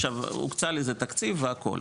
עכשיו הוקצה לזה תקציב והכול,